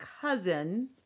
cousin